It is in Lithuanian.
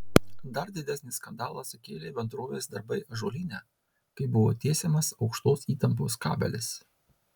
dar didesnį skandalą sukėlė bendrovės darbai ąžuolyne kai buvo tiesiamas aukštos įtampos kabelis